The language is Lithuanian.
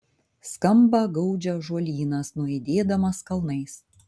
skamba gaudžia ąžuolynas nuaidėdamas kalnais